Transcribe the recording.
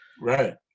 Right